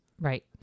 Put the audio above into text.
Right